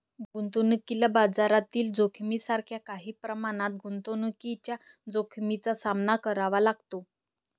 गुंतवणुकीला बाजारातील जोखमीसारख्या काही प्रमाणात गुंतवणुकीच्या जोखमीचा सामना करावा लागतो